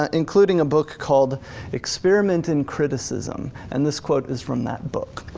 ah including a book called experiment in criticism and this quote is from that book.